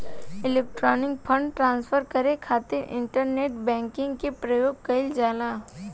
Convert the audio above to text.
electronic fund transfer करे खातिर internet banking के प्रयोग कईल जाला